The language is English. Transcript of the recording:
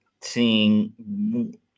seeing